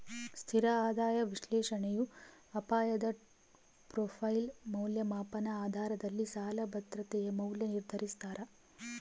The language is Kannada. ಸ್ಥಿರ ಆದಾಯ ವಿಶ್ಲೇಷಣೆಯು ಅಪಾಯದ ಪ್ರೊಫೈಲ್ ಮೌಲ್ಯಮಾಪನ ಆಧಾರದಲ್ಲಿ ಸಾಲ ಭದ್ರತೆಯ ಮೌಲ್ಯ ನಿರ್ಧರಿಸ್ತಾರ